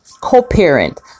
co-parent